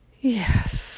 Yes